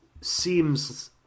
seems